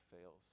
fails